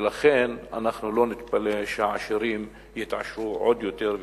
ולכן לא נתפלא שהעשירים יתעשרו עוד יותר,